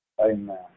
amen